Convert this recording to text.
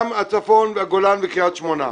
אלא גם הצפון, הגולן וקריית שמונה.